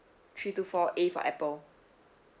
three two four A for apple